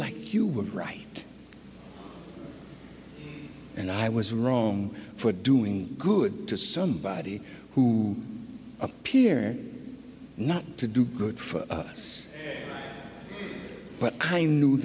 like you were right and i was wrong for doing good to somebody who appear not to do good for us but i knew